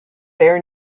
their